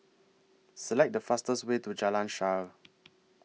Select The fastest Way to Jalan Shaer